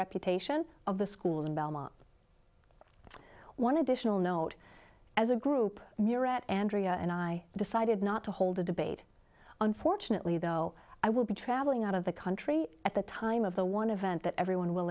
reputation of the school in belmont one additional note as a group murad andrea and i decided not to hold a debate unfortunately though i will be traveling out of the country at the time of the one of and that everyone will